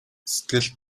сэтгэлд